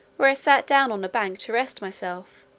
where i sat down on a bank to rest myself,